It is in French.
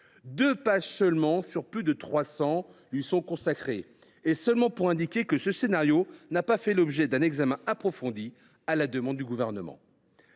Deux pages seulement, sur plus de 300, sont consacrées à ce scénario, et seulement pour indiquer que celui ci n’a pas fait l’objet d’un examen approfondi, à la demande du Gouvernement.